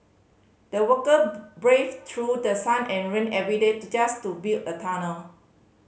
the worker braved through the sun and rain every day to just to build a tunnel